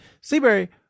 Seabury